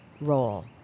role